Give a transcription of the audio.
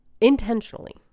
intentionally